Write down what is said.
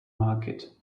market